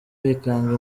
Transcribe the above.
bikanga